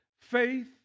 Faith